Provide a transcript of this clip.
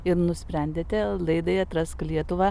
ir nusprendėte laidai atrask lietuvą